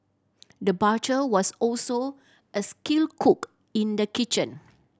the butcher was also a skilled cook in the kitchen